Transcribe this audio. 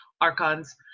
archons